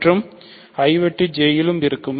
மாற்றும் I வெட்டு J லும் இருக்கும்